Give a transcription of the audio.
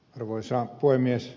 arvoisa puhemies